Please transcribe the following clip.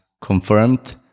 confirmed